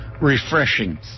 refreshing